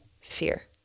fear